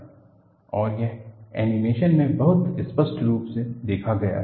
और यह एनीमेशन में बहुत स्पष्ट रूप से देखा गया है